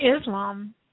Islam